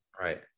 Right